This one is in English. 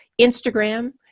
Instagram